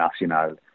Nacional